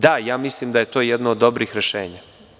Da, mislim da je to jedno od dobrih rešenja.